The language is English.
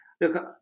look